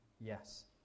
yes